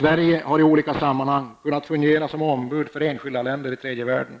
Sverige har i olika sammanhang kunnat fungera som ombud för enskilda länder i tredje världen